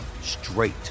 straight